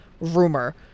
rumor